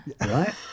Right